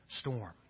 storm